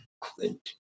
Clint